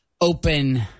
open